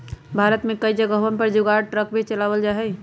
भारत में कई जगहवन पर जुगाड़ ट्रक भी चलावल जाहई